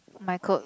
my clo~